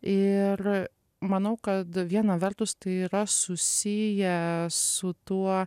ir manau kad viena vertus tai yra susiję su tuo